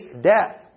death